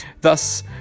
Thus